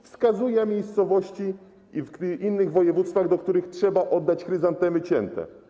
Wskazuje miejscowości w innych województwach, do których trzeba oddać chryzantemy cięte.